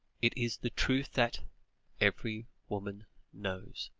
it is the truth that every woman knows!